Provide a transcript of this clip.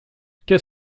qu’est